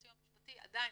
הסיוע המשפטי עדיין,